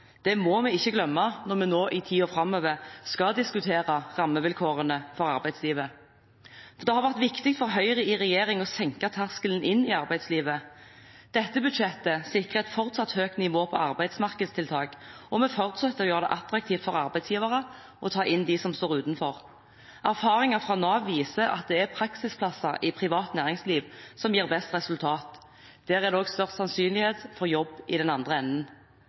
det finnes alltid unntak. Det må vi ikke glemme når vi i tiden framover skal diskutere rammevilkårene for arbeidslivet. Det har vært viktig for Høyre i regjering å senke terskelen inn i arbeidslivet. Dette budsjettet sikrer et fortsatt høyt nivå på arbeidsmarkedstiltak, og vi fortsetter å gjøre det attraktivt for arbeidsgivere å ta inn de som står utenfor. Erfaringer fra Nav viser at det er praksisplasser i privat næringsliv som gir best resultat. Der er det også størst sannsynlighet for jobb i den andre enden.